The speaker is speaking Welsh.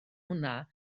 hwnna